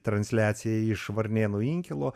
transliacija iš varnėnų inkilo